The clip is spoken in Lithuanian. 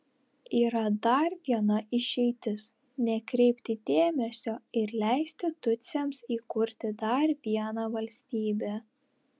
yra dar viena išeitis nekreipti dėmesio ir leisti tutsiams įkurti dar vieną valstybę